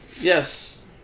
Yes